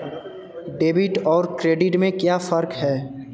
Debit और credit में क्या फर्क है?